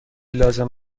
لازم